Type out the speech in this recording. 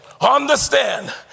Understand